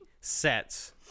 sets